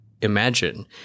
imagine